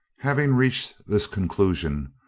having reached this conclusion,